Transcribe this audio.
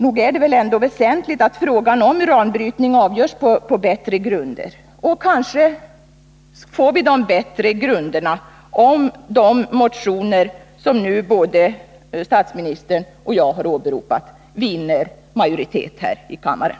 Nog är det väl då väsentligt att frågan om uranbrytning avgörs på bättre grunder? Kanske får vi de bättre grunderna, om de motioner som både statsministern och jag har åberopat, vinner majoritet här i kammaren.